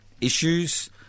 issues